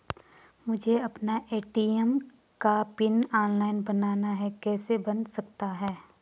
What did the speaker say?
मुझे अपना ए.टी.एम का पिन ऑनलाइन बनाना है कैसे बन सकता है?